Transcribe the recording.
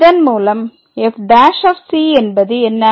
இதன் மூலம் f ' என்பது என்ன